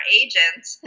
agents